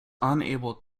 unable